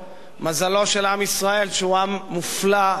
מזלו של עם ישראל שהוא עם מופלא ונפלא,